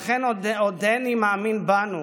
לכן, עודני מאמין בנו.